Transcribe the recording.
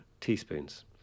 teaspoons